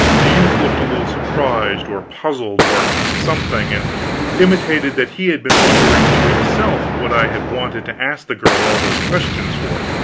the youth looked a little surprised, or puzzled, or something, and intimated that he had been wondering to himself what i had wanted to ask the girl all those questions for.